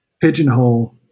pigeonhole